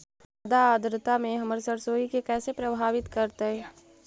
जादा आद्रता में हमर सरसोईय के कैसे प्रभावित करतई?